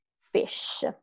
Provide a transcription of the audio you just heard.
fish